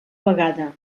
vegada